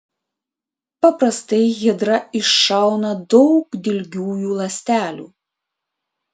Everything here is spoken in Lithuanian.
paprastai hidra iššauna daug dilgiųjų ląstelių